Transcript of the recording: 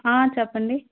చెప్పండి